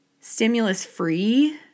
stimulus-free